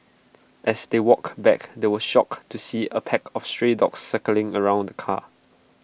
as they walked back they were shocked to see A pack of stray dogs circling around the car